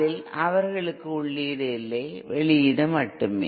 அதில் அவர்களுக்கு உள்ளீடு இல்லை வெளியீடு மட்டுமே